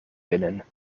binnen